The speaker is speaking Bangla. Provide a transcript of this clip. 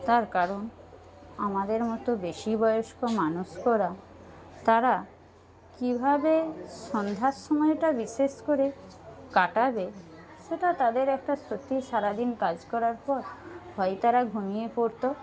তার কারণ আমাদের মতো বেশি বয়স্ক মানুষরা তারা কীভাবে সন্ধ্যার সময়টা বিশেষ করে কাটাবে সেটা তাদের একটা সত্যি সারাদিন কাজ করার পর হয় তারা ঘুমিয়ে পড়ত